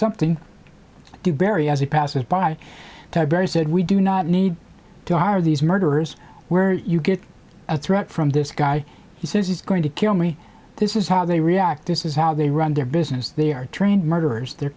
something to barry as he passes by ted very said we do not need to hire these murderers where you get a threat from this guy he says he's going to kill me this is how they react this is how they run their business they are trained murderers they're